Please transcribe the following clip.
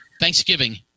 Thanksgiving